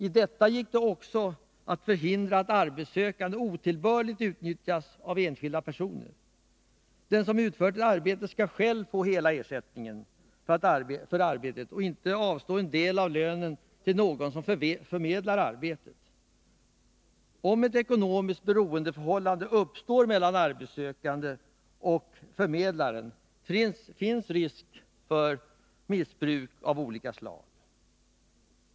I detta ingick också att förhindra att de arbetssökande otillbörligt utnyttjas av enskilda personer. Den som utfört ett arbete skall själv få hela ersättningen för arbetet och inte behöva avstå en del av lönen till någon som förmedlar arbetet. Om ett ekonomiskt beroendeförhållande uppstår mellan den arbetssökande och förmedlaren finns risk för missbruk av olika slag.